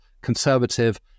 conservative